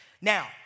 Now